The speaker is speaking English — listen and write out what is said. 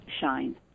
shine